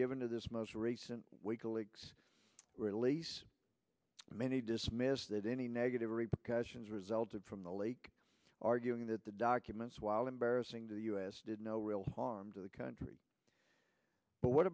given to this most recent waco leaks release many dismissed that any negative repercussions resulted from the lake arguing that the documents while embarrassing to the us did no real harm to the country but what